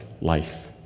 life